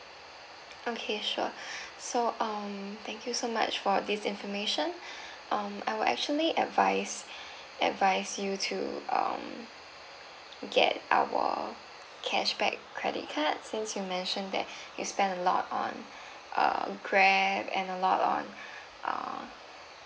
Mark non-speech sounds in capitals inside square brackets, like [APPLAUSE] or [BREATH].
okay sure [BREATH] so um thank you so much for this information um I will actually advise advise you to um get our cashback credit card since you mentioned that you spend a lot on uh grab and a lot on uh